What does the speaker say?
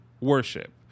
worship